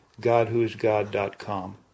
godwhoisgod.com